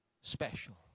special